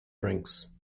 drinks